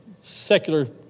secular